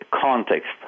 context